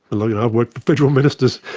look, i worked for federal ministers!